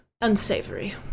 unsavory